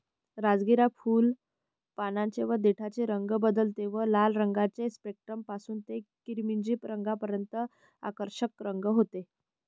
राजगिरा फुल, पानांचे व देठाचे रंग बदलते व लाल रंगाचे स्पेक्ट्रम पासून ते किरमिजी रंगापर्यंत आकर्षक रंग होते